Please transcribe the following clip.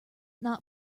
not